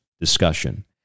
discussion